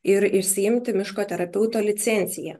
ir išsiimti miško terapeuto licenciją